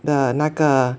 the 那个